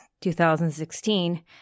2016